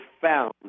found